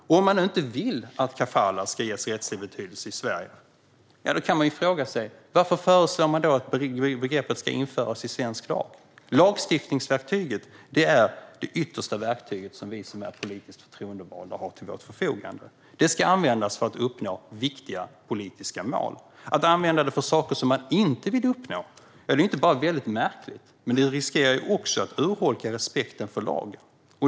Och om man nu inte vill att kafalah ska ges rättslig betydelse i Sverige, varför föreslår man då att begreppet ska införas i svensk lag? Lagstiftningsverktyget är det yttersta verktyget som vi som är politiskt förtroendevalda har till vårt förfogande. Det ska användas för att uppnå viktiga politiska mål. Att använda det för saker som man inte vill uppnå är inte bara väldigt märkligt utan riskerar också att urholka respekten för lagen.